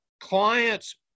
clients